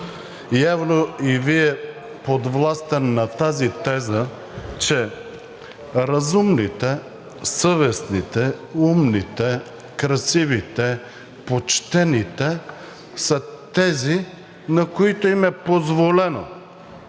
явно и Вие, подвластен на тази теза, че разумните, съвестните, умните, красивите, почтените са тези, на които им е позволено